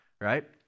right